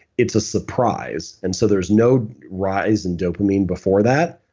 it's a surprise and so there's no rise in dopamine before that.